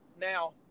Now